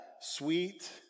sweet